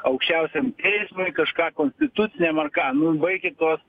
aukščiausiam teismui kažką konstituciniam ar ką nu baikit tuos